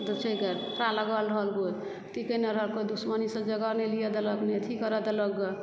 छै गे की कयलक केओ अथी कयने रहल कोइ दुश्मनीसँ जगह नहि लिअ देलक नहि अथी करऽ देलक गे